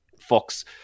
Fox